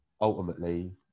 ultimately